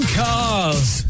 cars